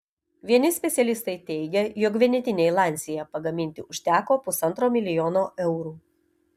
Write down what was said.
vieni specialistai teigia jog vienetinei lancia pagaminti užteko pusantro milijono eurų